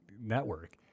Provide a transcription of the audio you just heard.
network